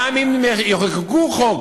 גם אם יחוקקו חוק,